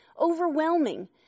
overwhelming